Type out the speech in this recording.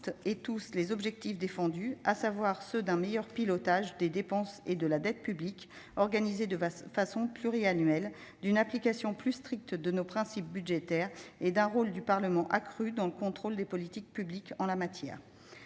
partager les objectifs défendus, à savoir un meilleur pilotage des dépenses et de la dette publiques, organisé de façon pluriannuelle, une application plus stricte de nos principes budgétaires et un rôle accru du Parlement dans le contrôle des politiques publiques en la matière.